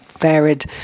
varied